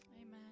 Amen